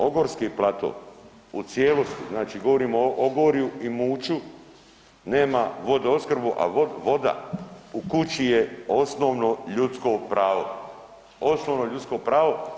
Ogorski plato u cijelosti, znači govorimo o Ogorju i Muću, nema vodoopskrbu, a voda u kući je osnovno ljudsko pravo, osnovno ljudsko pravo.